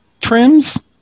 trims